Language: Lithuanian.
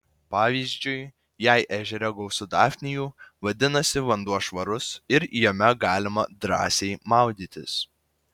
pavyzdžiui jei ežere gausu dafnijų vadinasi vanduo švarus ir jame galima drąsiai maudytis